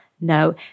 No